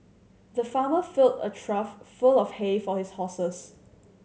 the farmer filled a trough full of hay for his horses